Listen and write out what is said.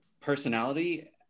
personality